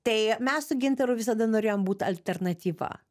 tai mes su gintaru visada norėjom būt alternatyva